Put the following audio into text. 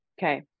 Okay